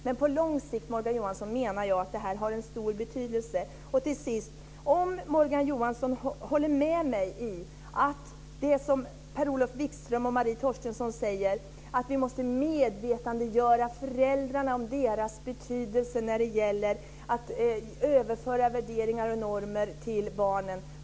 Men på lång sikt, Morgan Johansson, menar jag att det här har stor betydelse. Till sist undrar jag om Morgan Johansson håller med mig om det som Per-Olof Wikström och Marie Torstensson säger, att vi måste medvetandegöra föräldrarna om deras betydelse när det gäller att överföra värderingar och normer till barnen.